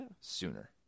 sooner